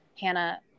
Hannah